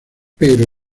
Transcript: pero